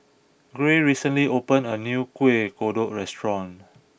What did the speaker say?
Gray recently opened a new Kueh Kodok restaurant